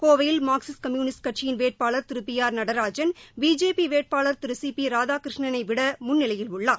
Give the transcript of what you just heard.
கோவையில் Marxist Communist கட்சி வேட்பாளர் திரு பி ஆர் நடராஜன் பிஜேபி வேட்பாளர் திரு சி பி ராதாகிருஷ்ணனைவிட முன்னிலையில் உள்ளார்